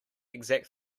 exact